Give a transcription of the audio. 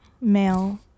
male